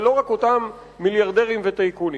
ולא רק אותם מיליארדרים וטייקונים.